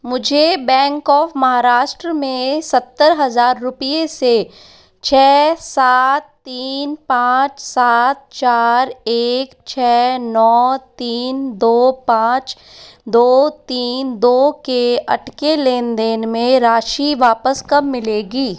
मुझे bank of Maharashtra में सत्तर हज़ार रुपये से छः सात तीन पाँच सात चार एक छः नौ तीन दो पाँच दो तीन दो के अटके लेनदेन में राशि वापस कब मिलेगी